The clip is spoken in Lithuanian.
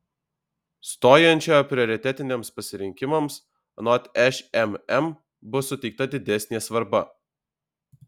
stojančiojo prioritetiniams pasirinkimams anot šmm bus suteikta didesnė svarba